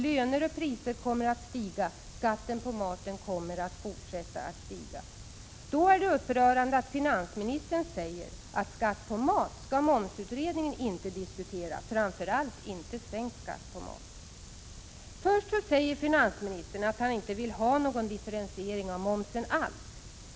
Löner och priser kommer att stiga. Skatten på maten kommer att fortsätta att stiga. Då är det upprörande att finansministern säger att skatt på mat skall momsutredningen inte diskutera, framför allt inte sänkt skatt på mat. Först säger finansministern att han inte vill ha någon differentiering av momsen alls.